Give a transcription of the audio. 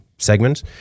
segment